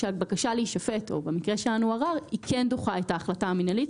שהבקשה להישפט או במקרה שלנו ערר היא כן דוחה את ההחלטה המינהלית.